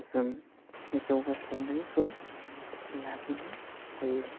जों जौगासारनायखौ लाबोनो हायो